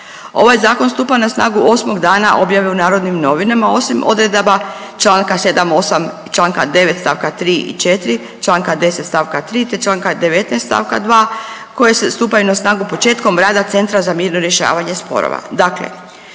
Ovaj zakon stupa na snagu 8 dana objave u Narodnim novinama osim odredaba članka 7., 8., članka 9. stavka 3. i 4., članka 10. stavka 3., te članka 19. stavka 2. koji stupaju na snagu početkom rada Centra za mirno rješavanje sporova.